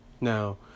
Now